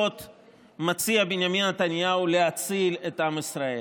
מציע בנימין נתניהו להציל את עם ישראל?